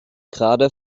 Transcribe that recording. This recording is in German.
gerade